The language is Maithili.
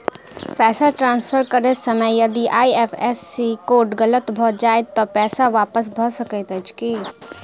पैसा ट्रान्सफर करैत समय यदि आई.एफ.एस.सी कोड गलत भऽ जाय तऽ पैसा वापस भऽ सकैत अछि की?